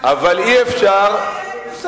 כבוד השר, מקארתיזם בכל העולם הוא מחוץ לחוק.